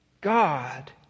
God